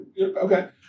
okay